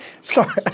Sorry